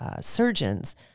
surgeons